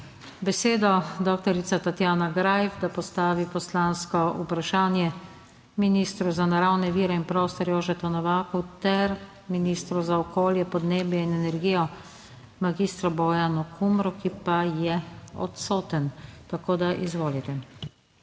besedo dr. Tatjana Greif, da postavi poslansko vprašanje ministru za naravne vire in prostor Jožetu Novaku ter ministru za okolje, podnebje in energijo mag. Bojanu Kumru, ki pa je odsoten. Izvolite.